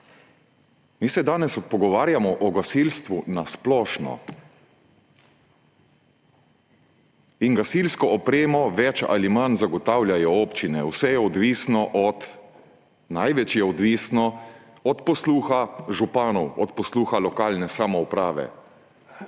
mi se danes pogovarjamo o gasilstvu na splošno. Gasilsko opremo bolj ali manj zagotavljajo občine, največ je odvisno od posluha županov, od posluha lokalne samouprave.